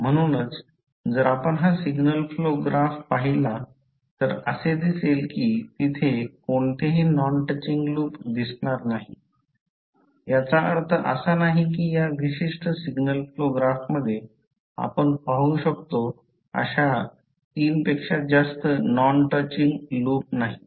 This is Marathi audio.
म्हणूनच जर आपण हा सिग्नल फ्लो ग्राफ पाहिला तर असे दिसेल की तिथे कोणतेही नॉन टचिंग लूप दिसणार नाही याचा अर्थ असा नाही की या विशिष्ट सिग्नल फ्लो ग्राफमध्ये आपण पाहू शकतो अशा तीनपेक्षा जास्त नॉन टच लूप नाहीत